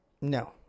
no